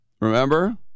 Remember